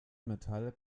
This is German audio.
metall